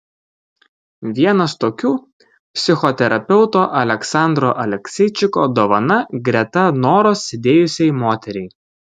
vienas tokių psichoterapeuto aleksandro alekseičiko dovana greta noros sėdėjusiai moteriai